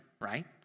right